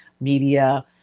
media